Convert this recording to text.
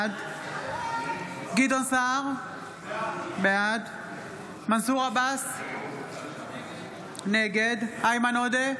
בעד גדעון סער, בעד מנסור עבאס, נגד איימן עודה,